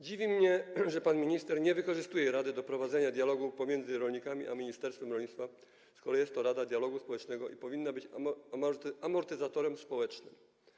Dziwi mnie, że pan minister nie wykorzystuje rady do prowadzenia dialogu pomiędzy rolnikami a ministerstwem rolnictwa, skoro jest to Rada Dialogu Społecznego i powinna być amortyzatorem społecznym.